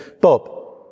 Bob